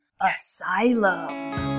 Asylum